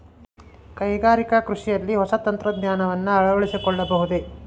ಕೈಗಾರಿಕಾ ಕೃಷಿಯಲ್ಲಿ ಹೊಸ ತಂತ್ರಜ್ಞಾನವನ್ನ ಅಳವಡಿಸಿಕೊಳ್ಳಬಹುದೇ?